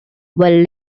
were